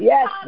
Yes